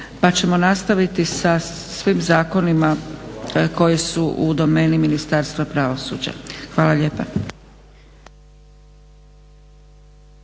pa ćemo nastaviti sa svim zakonima koji su u domeni Ministarstva pravosuđa. Hvala lijepa.